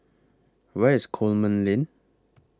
Where IS Coleman Lane